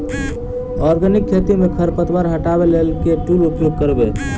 Organic खेती मे खरपतवार हटाबै लेल केँ टूल उपयोग करबै?